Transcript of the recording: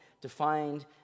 defined